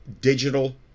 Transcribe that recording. digital